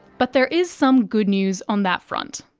but there is some good news on that front.